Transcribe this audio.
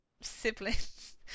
siblings